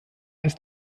ist